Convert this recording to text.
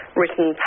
written